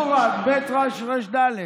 בררד, בי"ת, רי"ש, רי"ש, דל"ת.